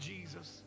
Jesus